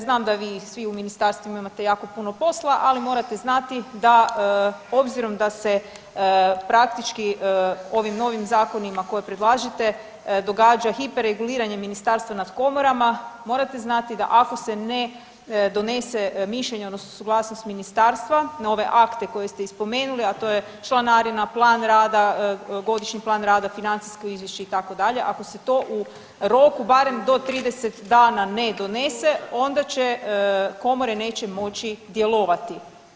Znam da vi svi u ministarstvima imate jako puno posla, ali morate znati da obzirom da se praktički ovim novim zakonima koje predlažete događa hiper reguliranje ministarstva nad komorama morate znati da ako se ne donese mišljenje odnosno suglasnost ministarstva na ove akte koje se i spomenuli, a to je članarina, plan rada, godišnji plan rada, financijsko izvješće itd., ako se to u roku barem do 30 dana ne donese onda će komore neće moći djelovati.